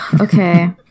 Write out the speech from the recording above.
Okay